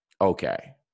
okay